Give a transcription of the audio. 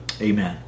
amen